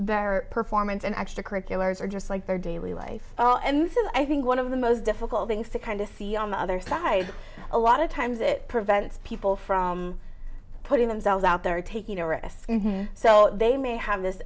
better performance and extracurriculars or just like their daily life i think one of the most difficult things to kind of see on the other side a lot of times it prevents people from putting themselves out there taking a risk so they may have this